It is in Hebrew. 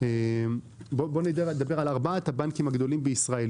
בוא נדבר על ארבעת הבנקים הגדולים בישראל.